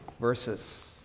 Verses